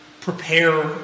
prepare